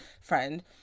friend